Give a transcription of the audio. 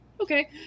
okay